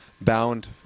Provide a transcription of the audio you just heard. bound